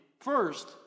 first